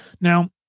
now